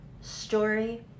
story